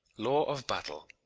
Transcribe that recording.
law of battle.